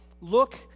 Look